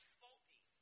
faulty